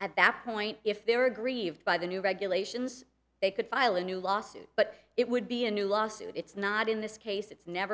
at that point if they were aggrieved by the new regulations they could file a new lawsuit but it would be a new lawsuit it's not in this case it's never